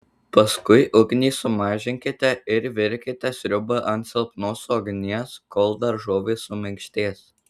paskui ugnį sumažinkite ir virkite sriubą ant silpnos ugnies kol daržovės suminkštės